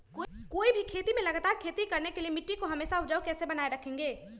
कोई भी खेत में लगातार खेती करने के लिए मिट्टी को हमेसा उपजाऊ कैसे बनाय रखेंगे?